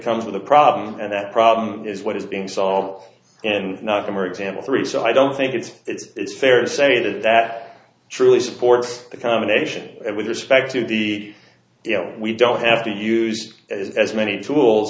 comes with a problem and that problem is what is being solved and not them or example three so i don't think it's fair to say that that truly supports the combination with respect to the you know we don't have to use as many tools